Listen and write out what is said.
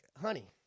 honey